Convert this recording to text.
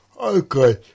Okay